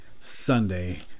Sunday